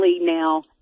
now